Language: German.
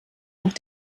nach